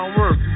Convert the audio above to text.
work